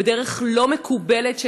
בדרך לא מקובלת,